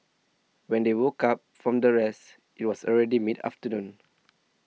when they woke up from their rest it was already mid afternoon